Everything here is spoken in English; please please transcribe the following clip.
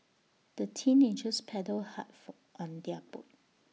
the teenagers paddled hard for on their boat